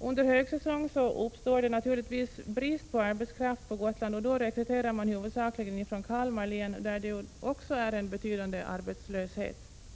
Under högsäsong uppstår naturligtvis brist på arbetskraft på Gotland, och då rekryterar man huvudsakligen från Kalmar län, där det också är en betydande arbetslöshet.